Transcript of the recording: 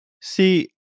See